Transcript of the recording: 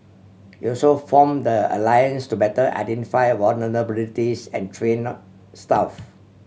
it also form the alliance to better identify vulnerabilities and train staff